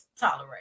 tolerate